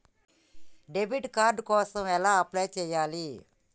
Debit card కోసం ఎలా apply చేయాలి?